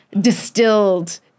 distilled